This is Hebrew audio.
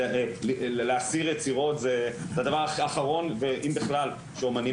להסיר יצירות זה הדבר האחרון ואם בכלל שאומנים